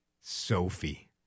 Sophie